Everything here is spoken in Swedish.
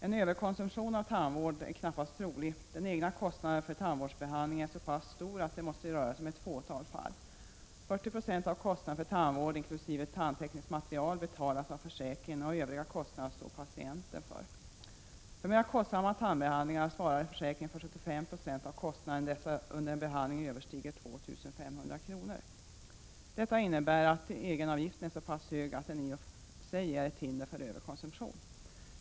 En överkonsumtion av tandvård är knappast trolig. Den egna kostnaden för tandvårdsbehandling är så pass stor att det i så fall måste röra sig om endast ett fåtal fall. 40 96 av kostnaden för tandvård inkl. tandtekniskt material betalas av försäkringen, medan patienten står för övriga kostnader. För mera kostsamma tandbehandlingar svarar försäkringen för 75 96 av kostnaden när dessa under en behandling överstiger 2 500 kr. Detta innebär att egenavgiften är så pass hög att den i sig är ett hinder för överkonsumtion.